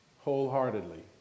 wholeheartedly